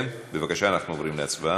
בבקשה, אנחנו עוברים להצבעה.